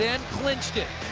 and clinched it.